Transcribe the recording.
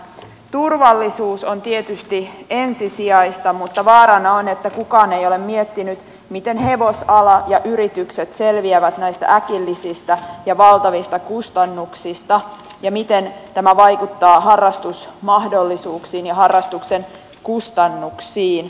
turvallisuus on tietysti ensisijaista mutta vaarana on että kukaan ei ole miettinyt miten hevosala ja yritykset selviävät näistä äkillisistä ja valtavista kustannuksista ja miten tämä vaikuttaa harrastusmahdollisuuksiin ja harrastuksen kustannuksiin